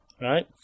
right